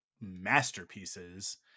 masterpieces